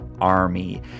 Army